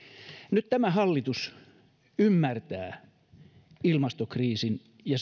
nyt tämä hallitus ymmärtää ilmastokriisin ja